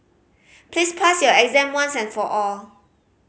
please pass your exam once and for all